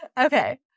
okay